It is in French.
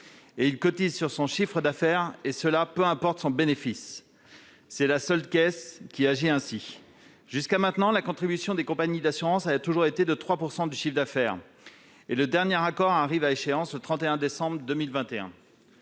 il cotise sur son chiffre d'affaires, peu importe son bénéfice. Leur caisse de retraite est la seule qui agisse ainsi. Jusqu'à présent, la contribution des compagnies d'assurances a toujours été de 3 % du chiffre d'affaires. Le dernier accord arrive à échéance au 31 décembre 2021.